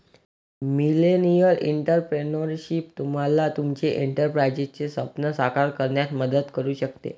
millennial entrepreneurship तुम्हाला तुमचे एंटरप्राइझचे स्वप्न साकार करण्यात मदत करू शकते